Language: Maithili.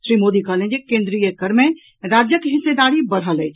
श्री मोदी कहलनि जे कोन्द्रीय कर मे राज्यक हिस्सेदारी बढ़ल अछि